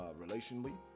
relationally